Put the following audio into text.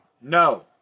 No